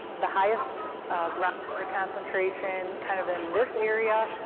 the highest groundwater concentration kind of in this area